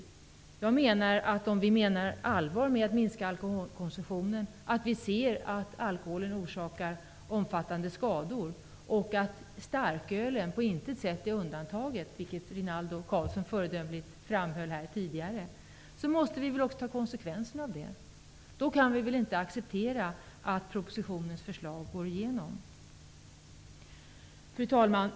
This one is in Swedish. Om vi menar allvar med påståendena om att vi vill minska alkoholkonsumtionen och ser att alkoholen orsakar omfattande skador och att starkölen på intet sätt är undantagen, vilket Rinaldo Karlsson föredömligt framhöll tidigare, så måste vi också ta konsekvenserna av det. Då kan vi inte acceptera att regeringens förslag går igenom. Fru talman!